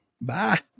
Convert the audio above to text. Bye